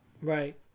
right